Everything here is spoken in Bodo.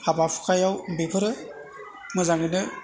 हाबा हुखायाव बेफोरो मोजाङैनो